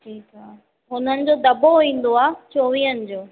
ठीकु आहे हुननि जो दॿो ईंदो आहे चोवीह जो